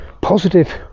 positive